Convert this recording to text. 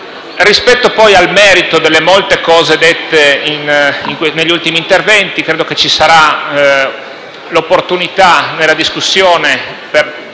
Rispetto poi al merito delle molte cose dette negli ultimi interventi, ci sarà l'opportunità, in sede di discussione del